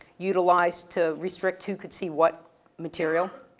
utilize to restrict who could see what material.